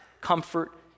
comfort